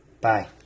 Bye